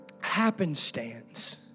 happenstance